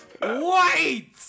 wait